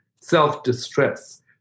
self-distress